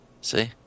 See